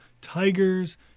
tigers